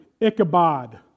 Ichabod